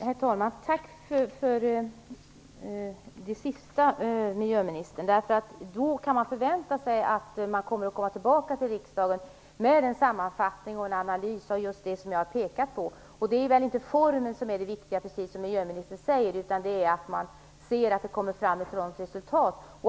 Herr talman! Tack för det sista, miljöministern! Då kan man förvänta sig att regeringen kommer tillbaka till riksdagen med en sammanfattning och en analys av just det som jag har pekat på. Det är väl precis som miljöministern säger inte formen som är det viktiga, utan det är att det kommer fram ett bra resultat.